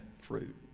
fruit